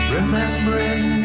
Remembering